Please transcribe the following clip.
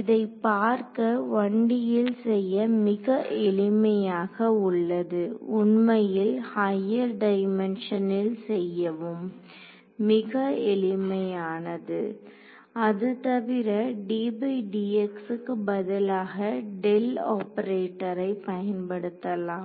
இதை பார்க்க 1D ல் செய்ய மிக எளிமையாக உள்ளது உண்மையில் ஹையர் டைமென்ஷனில் செய்யவும் மிக எளிமையானது அது தவிர ddx க்கு பதிலாக ஆப்பரேட்டரை பயன்படுத்தலாம்